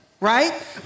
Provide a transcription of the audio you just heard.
Right